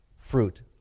fruit